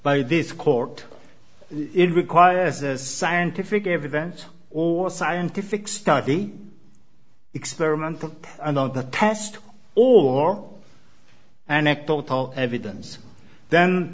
by this court it requires scientific evidence or scientific study experiments and not the test or anecdotal evidence then